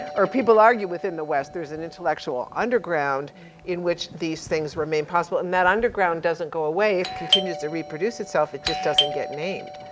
or people argue within the west, there's an intellectual underground in which these things remain possible and that underground doesn't go away. it continues to reproduce itself, it just doesn't get named.